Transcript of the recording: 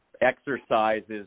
exercises